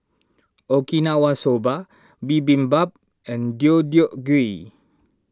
Okinawa Soba Bibimbap and Deodeok Gui